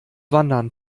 wandern